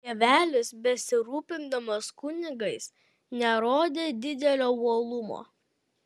tėvelis besirūpindamas kunigais nerodė didelio uolumo